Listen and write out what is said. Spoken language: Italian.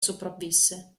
sopravvisse